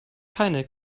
keine